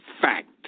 fact